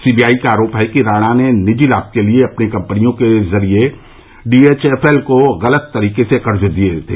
C B I का आरोप है कि राणा ने निजी लाभ के लिए अपनी कंपनियों के जरिए डी एच एफ एल को गलत तरीके से कर्ज दिया था